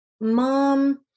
mom